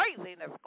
craziness